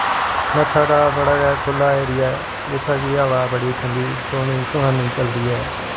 नत्थाटॉप बड़ा गै खुल्ला एरिया ऐ उत्थें हवा बड़ा ठंडा सोनी सुहानी चलदी ऐ